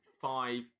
five